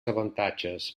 avantatges